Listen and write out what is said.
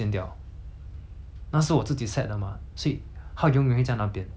它永远会在那边所以 like 我不会轻易放弃 lor